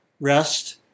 rest